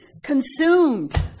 Consumed